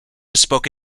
spoke